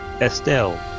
Estelle